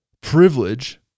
privilege